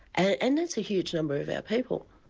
ah and that's a huge number of our people.